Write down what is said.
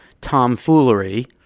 tomfoolery